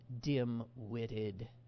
dim-witted